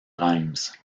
reims